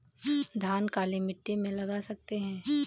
धान काली मिट्टी में लगा सकते हैं?